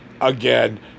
again